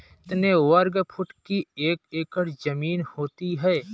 कितने वर्ग फुट की एक एकड़ ज़मीन होती है?